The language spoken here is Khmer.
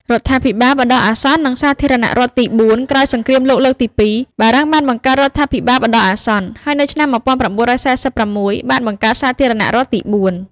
រដ្ឋាភិបាលបណ្តោះអាសន្ន និងសាធារណរដ្ឋទីបួន ក្រោយសង្គ្រាមលោកលើកទី២ បារាំងបានបង្កើតរដ្ឋាភិបាលបណ្តោះអាសន្ន ហើយនៅឆ្នាំ ១៩៤៦ បានបង្កើត សាធារណរដ្ឋទីបួន។